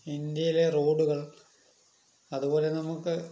ഇന്ത്യയിലെ റോഡുകൾ അതുപോലെ നമുക്ക്